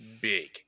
big